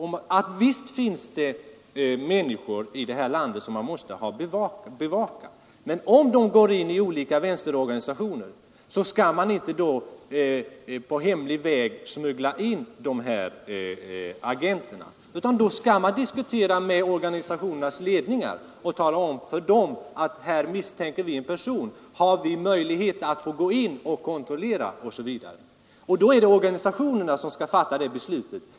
Visst finns det människor i det här landet som man måste bevaka, men jag hävdar fortfarande att om de går in i olika vänsterorganisationer skall man inte på hemlig väg smuggla in sådana här agenter. Man skall diskutera med organisationernas ledningar och tala om för dem: Här Nr92 misstänker vi en person. Har vi möjlighet att gå in och kontrollera? Det Fredagen den är organisationerna som skall fatta beslutet.